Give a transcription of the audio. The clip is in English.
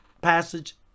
passage